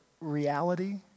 reality